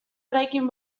eraikin